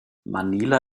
manila